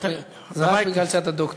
זה רק בגלל שאתה דוקטור.